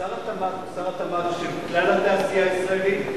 שר התמ"ת הוא שר התמ"ת של כלל התעשייה הישראלית,